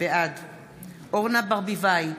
בעד אורנה ברביבאי,